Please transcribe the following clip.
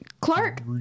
Clark